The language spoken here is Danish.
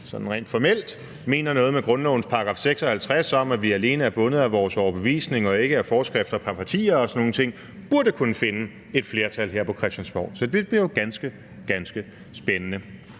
sådan rent formelt mener noget med grundlovens § 56 om, at vi alene er bundet af vores overbevisning og ikke af foreskrifter fra partier og sådan nogle ting – burde kunne findes et flertal her på Christiansborg. Så det bliver jo ganske, ganske spændende.